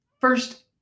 first